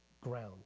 ground